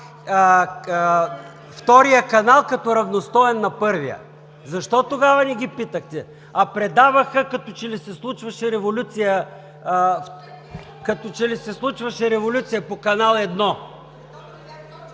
втория канал като равностоен на първия. Защо тогава не ги питахте? А предаваха, като че ли се случваше революция по Канал 1.